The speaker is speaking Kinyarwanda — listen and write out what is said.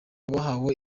bahawe